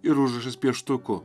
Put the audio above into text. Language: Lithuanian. ir užrašas pieštuku